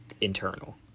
internal